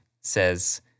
says